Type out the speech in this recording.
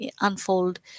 unfold